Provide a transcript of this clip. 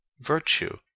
Virtue